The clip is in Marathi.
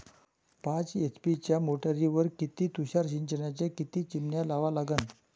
पाच एच.पी च्या मोटारीवर किती तुषार सिंचनाच्या किती चिमन्या लावा लागन?